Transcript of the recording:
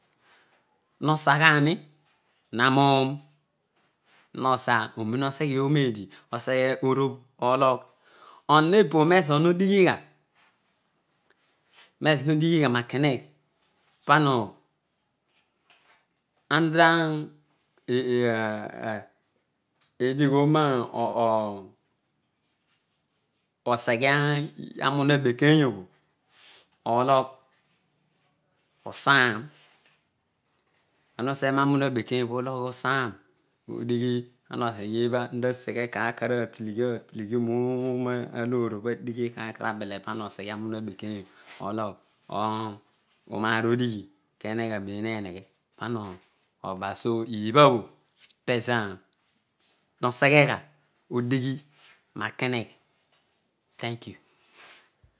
Nosaghani narouum hosa orama oseghe omeedi oseghe oroobh ologh onon ebooro ezoor hodighi gha mezoor nodighigha roke hegh pamo ana tan eedighoroa oseghe aariunu abekenyobho oloyh o̱o̱saam ana useghe roamunu abeyey oseghiighi aadighidioro osroa loorobho ana kaw abele ana oseghe amune abe̱keny obho ologh um uroaar odighi keneghe roeroheneghe pama oba so ibhabho pezo hoseghegha hodighi makenegh thank you.